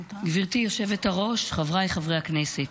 גברתי יושבת הראש, חבריי חברי הכנסת,